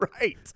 Right